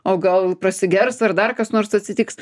o gal prasigers ar dar kas nors atsitiks